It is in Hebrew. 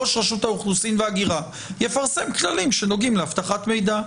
כך שראש רשות האוכלוסין וההגירה יפרסם כללים שנוגעים לאבטחת מידע,